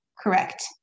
Correct